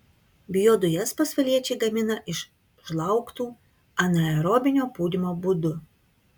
biodujas pasvaliečiai gamina iš žlaugtų anaerobinio pūdymo būdu